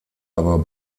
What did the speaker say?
aber